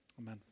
Amen